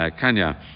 Kanya